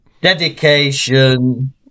Dedication